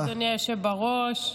אדוני היושב בראש,